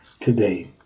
today